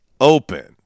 open